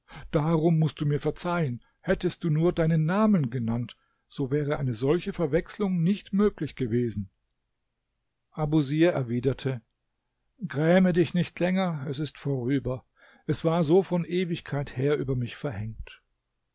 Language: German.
darum mußt du mir verzeihen hättest du nur deinen namen genannt so wäre eine solche verwechslung nicht möglich gewesen abusir erwiderte gräme dich nicht länger es ist vorüber es war so von ewigkeit her über mich verhängt